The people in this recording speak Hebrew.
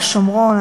על שומרון,